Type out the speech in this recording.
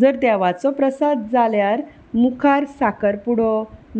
जर देवाचो प्रसाद जाल्यार मुखार साखरपुडो